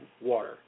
water